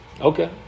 Okay